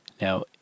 Now